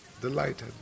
Delighted